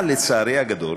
אבל לצערי הגדול,